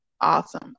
awesome